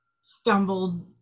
stumbled